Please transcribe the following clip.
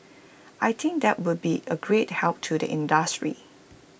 I think that will be A great help to the industry